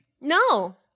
No